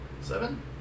Seven